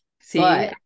See